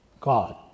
God